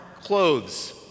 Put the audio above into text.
clothes